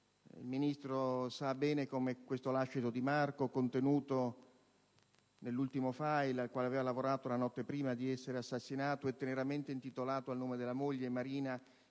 Il Ministro sa bene come questo lascito di Marco, contenuto nell'ultimo *file* al quale aveva lavorato la notte prima di essere assassinato e teneramente intitolato al nome della moglie Marina,